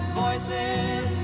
voices